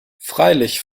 freilich